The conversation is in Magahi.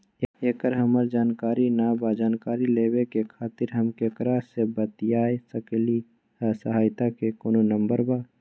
एकर हमरा जानकारी न बा जानकारी लेवे के खातिर हम केकरा से बातिया सकली ह सहायता के कोनो नंबर बा?